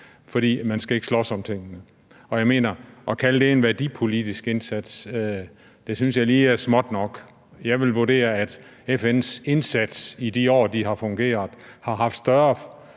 fordi man ikke skal slås om tingene. At kalde det for en værdipolitisk indsats synes jeg lige er småt nok. Jeg ville vurdere, at FN i de år, de har fungeret, har ydet en større